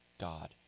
God